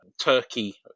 Turkey